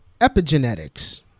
epigenetics